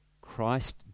Christ